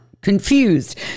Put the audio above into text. Confused